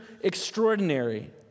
Extraordinary